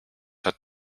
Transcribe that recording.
hat